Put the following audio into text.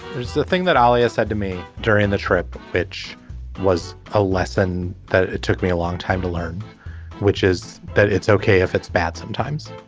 there's the thing that um alex ah said to me during the trip which was a lesson that it took me a long time to learn which is that it's ok if it's bad sometimes.